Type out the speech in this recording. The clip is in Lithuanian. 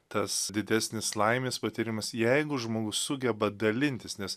tas didesnis laimės patyrimas jeigu žmogus sugeba dalintis nes